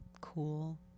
cool